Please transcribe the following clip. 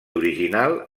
original